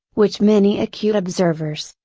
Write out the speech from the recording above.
which many acute observers,